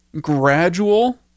gradual